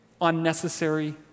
unnecessary